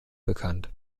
bekannt